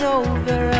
over